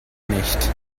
nicht